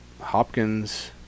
Hopkins